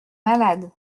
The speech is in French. malade